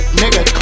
nigga